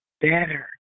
better